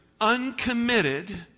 uncommitted